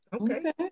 Okay